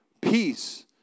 peace